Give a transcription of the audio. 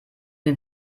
den